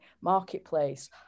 marketplace